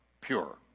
pure